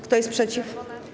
Kto jest przeciw?